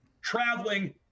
traveling